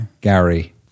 Gary